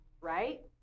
right